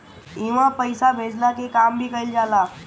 इहवा पईसा भेजला के काम भी कइल जाला